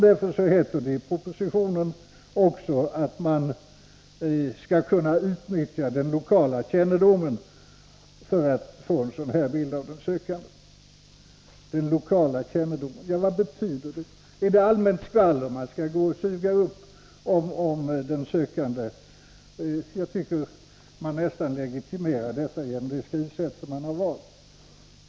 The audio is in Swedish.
Därför står det också i propositionen att man skall kunna utnyttja den lokala kännedomen för att få en riktig bild av den sökande. Vad betyder detta? Skall man suga upp allmänt skvaller om den sökande? Genom det valda skrivsättet tycker jag att man nästan har legitimerat skvaller.